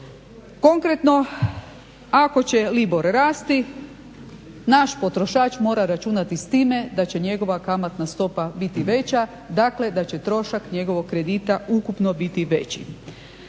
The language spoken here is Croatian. Konkretno, ako će libor rasti naš potrošač mora računati s time da će njegova kamatna stopa biti veća, dakle da će trošak njegovog kredita ukupno biti veći.